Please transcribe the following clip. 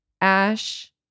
ash